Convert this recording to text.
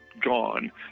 Gone